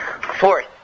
Fourth